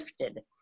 shifted